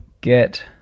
Get